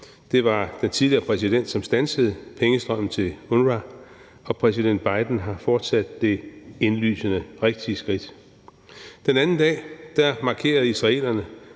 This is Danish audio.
Det var den tidligere præsident, som standsede pengestrømmen til UNRWA, og præsident Biden har fortsat det indlysende rigtige skridt. Den anden dag markerede israelerne